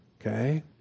Okay